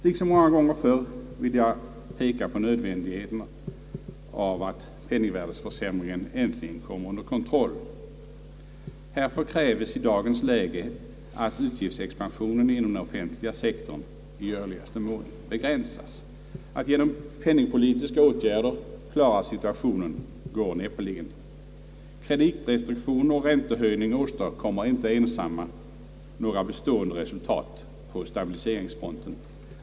Liksom många gånger förr vill jag peka på nödvändigheten av att de oro väckande tendenserna till fortsatt penningvärdeförsämring äntligen kommer under kontroll. Härför kräves i dagens läge framför allt att utgiftsexpansionen inom den offentliga sektorn i görligaste mån begränsas. Att genom penningpolitiska åtgärder klara situationen går näppeligen. Kreditrestriktioner och räntehöjningar åstadkommer icke ensamma några bestående resultat på stabiliseringsfronten.